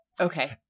Okay